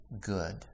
good